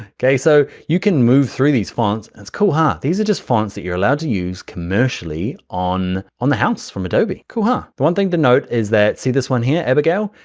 okay, so you can move through these fonts, and it's cool? ah these are just fonts that you're allowed to use commercially, on on the house from adobe. cool? ah the one thing to note is, see this one here, abigail?